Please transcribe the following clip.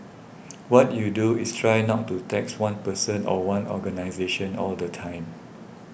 what you do is try not to tax one person or one organisation all the time